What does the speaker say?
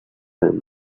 him